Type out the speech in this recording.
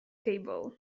table